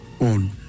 On